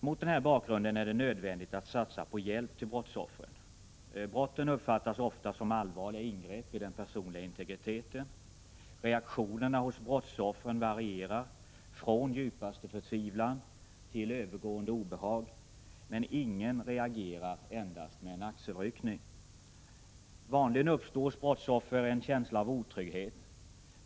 Mot denna bakgrund är det nödvändigt att satsa på hjälp till brottsoffren. Brotten uppfattas ofta som allvarliga ingrepp i den personliga integriteten. Reaktionerna hos brottsoffren varierar från djupaste förtvivlan till övergående obehag — ingen reagerar med endast en axelryckning. Vanligen uppstår hos brottsoffren en känsla av otrygghet.